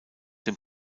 dem